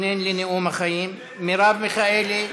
מתכונן לנאום החיים, מרב מיכאלי,